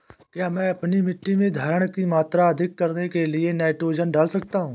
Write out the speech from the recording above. क्या मैं अपनी मिट्टी में धारण की मात्रा अधिक करने के लिए नाइट्रोजन डाल सकता हूँ?